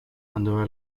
under